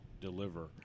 deliver